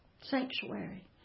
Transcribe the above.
Sanctuary